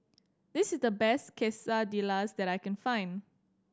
this is the best Quesadillas that I can find